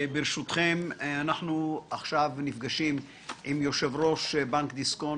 אנחנו עכשיו נפגשים עם יושב- ראש בנק דיסקונט,